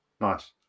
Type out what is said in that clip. nice